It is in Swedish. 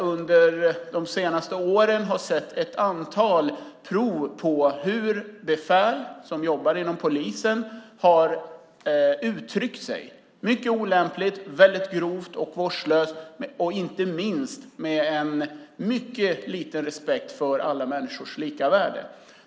Under de senaste åren har vi sett ett antal prov på hur befäl som jobbar inom polisen har uttryckt sig mycket olämpligt, väldigt grovt och vårdslöst, inte minst med mycket liten respekt för alla människors lika värde.